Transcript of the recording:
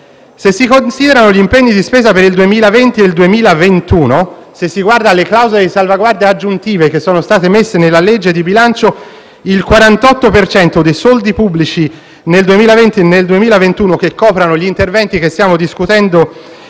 Se si considerano gli impegni di spesa per il 2020 e il 2021, se si guarda alle clausole di salvaguardia aggiuntive contenute nella legge di bilancio, il 48 per cento dei soldi pubblici che nel 2020 e nel 2021 copriranno gli interventi che stiamo discutendo